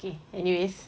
okay anyway